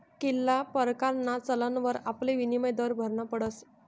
कित्ला परकारना चलनवर आपले विनिमय दर भरना पडस